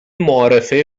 معارفه